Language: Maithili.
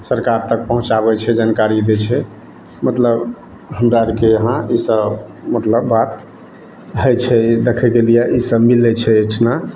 सरकार तक पहुँचाबै छै जानकारी दै छै मतलब हमरा आरके यहाँ इसब मतलब बात होइ छै ई देखैके लिये इसब मिलै छै एहिठिना